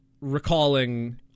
recalling